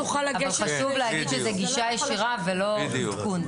אבל חשוב להגיד שזה גישה ישירה ולא עדכון.